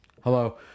Hello